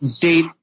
date